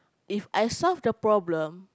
If I solve the problem